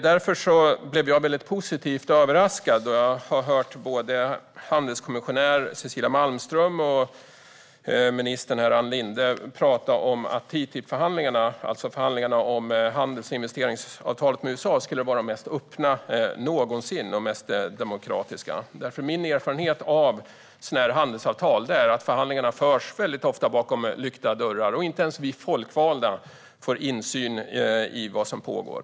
Jag blev därför väldigt positivt överraskad. Jag har hört både handelskommissionär Cecilia Malmström och ministern Ann Linde tala om att TTIP-förhandlingarna, förhandlingarna om handels och investeringsavtalet med USA, skulle vara de mest öppna någonsin och de mest demokratiska. Min erfarenhet av sådana handelsavtal är att förhandlingarna väldigt ofta förs bakom lyckta dörrar. Inte ens vi folkvalda får insyn i vad som pågår.